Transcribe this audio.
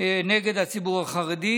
נגד הציבור החרדי,